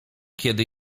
kiedy